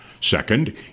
Second